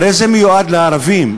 הרי זה מיועד לערבים,